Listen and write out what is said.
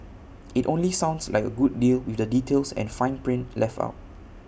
IT only sounds like A good deal with the details and fine print left out